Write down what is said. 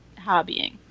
hobbying